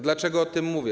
Dlaczego o tym mówię?